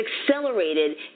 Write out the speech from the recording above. accelerated